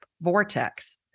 vortex